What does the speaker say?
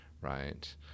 right